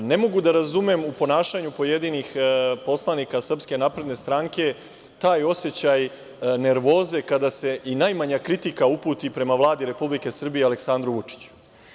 Ne mogu da razumem u ponašanju pojedinih poslanika SNS taj osećaj nervoze kada se i najmanja kritika uputi Vladi Republike Srbije i Aleksandru Vučiću.